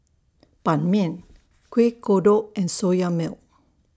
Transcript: Ban Mian Kueh Kodok and Soya Milk